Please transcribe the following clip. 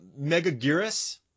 Megagirus